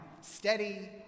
steady